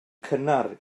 cynnar